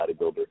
bodybuilder